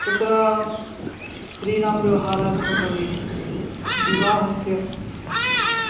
तत्र स्त्रीणां व्यवहारः कथं भवेत् विवाहस्य